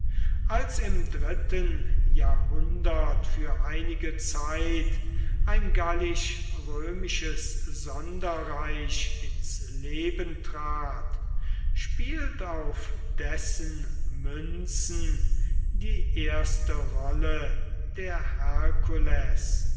als im dritten jahrhundert für einige zeit ein gallisch römisches sonderreich ins leben trat spielt auf dessen münzen die erste rolle der